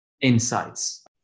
insights